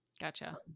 Gotcha